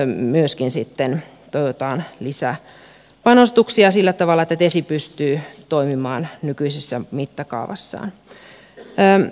tähän myöskin sitten toivotaan lisäpanostuksia sillä tavalla että tesi pystyy toimimaan nykyisessä mittakaavassaan